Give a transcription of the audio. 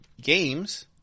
games